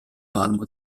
palmo